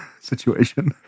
situation